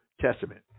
Testament